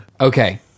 Okay